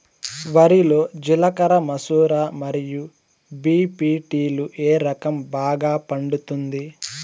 వరి లో జిలకర మసూర మరియు బీ.పీ.టీ లు ఏ రకం బాగా పండుతుంది